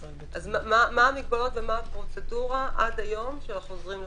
אז מה המגבלות ומה הפרוצדורה עד היום של החוזרים מחו"ל?